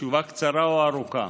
תשובה קצרה או ארוכה?